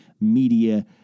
media